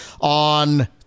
on